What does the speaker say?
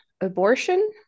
abortion